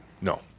No